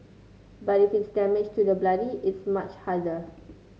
but if it's damage to the body it's much harder